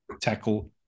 tackle